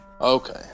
Okay